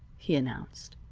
he announced,